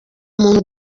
muntu